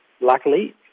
luckily